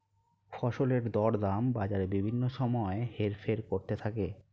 ফসলের দরদাম বাজারে বিভিন্ন সময় হেরফের করতে থাকে